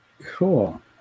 cool